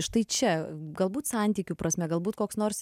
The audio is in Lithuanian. štai čia galbūt santykių prasme galbūt koks nors